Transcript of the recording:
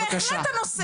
בהחלט הנושא.